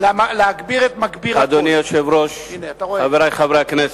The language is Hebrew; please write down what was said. אדוני היושב-ראש, חברי חברי הכנסת,